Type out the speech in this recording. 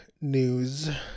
news